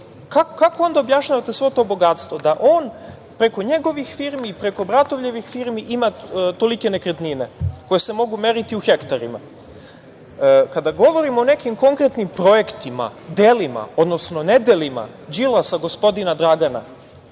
Kako onda objašnjavate svo to bogatstvo, da on preko njegovih firmi, preko bratovljevih firmi ima tolike nekretnine, a koje se mogu meriti u hektarima? Kada govorimo o nekim konkretnim projektima, delima, odnosno nedelima Đilasa, gospodina Dragana,